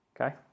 okay